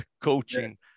coaching